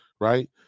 right